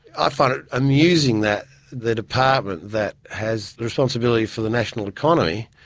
i find it amusing that the department that has the responsibility for the national economy,